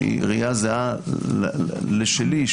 שהיא זהה לשלי,